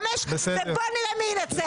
חומש, ובוא נראה מי ינצח.